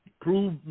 Prove